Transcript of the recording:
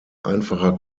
einfacher